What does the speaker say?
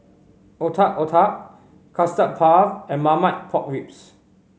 Otak Otak Custard Puff and Marmite Pork Ribs